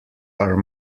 are